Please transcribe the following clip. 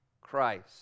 Christ